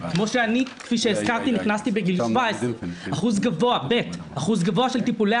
כפי שאני נכנסתי בגיל 17. ב) אחוז גבוה של טיפולי